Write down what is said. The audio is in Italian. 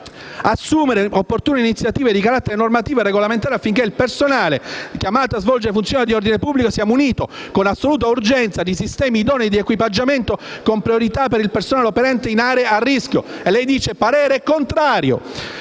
assumere le opportune iniziative, di carattere normativo e regolamentare, affinché il personale (...) chiamato a svolgere funzioni di ordine pubblico sia munito, con assoluta urgenza, di sistemi idonei di equipaggiamento, con priorità per il personale operante in aree a rischio». Lei ha espresso parere contrario,